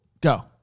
Go